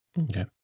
Okay